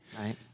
Right